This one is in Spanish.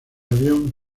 avión